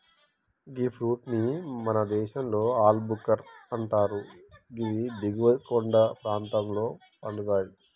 గీ fruit ని మన దేశంలో ఆల్ భుక్కర్ అంటరు గివి దిగువ కొండ ప్రాంతంలో పండుతయి